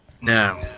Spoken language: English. Now